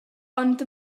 ond